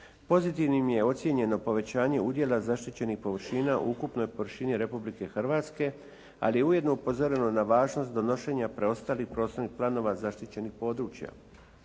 Pozitivnim je ocjenjeno povećanje udjela zaštićenih površina u ukupnoj površini Republike Hrvatske, ali je ujedno upozoreno na važnost donošenja preostalih prostornih planova zaštićenih područja.